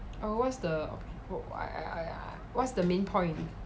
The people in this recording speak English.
oh what's the op~ I I I what's the main point